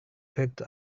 picked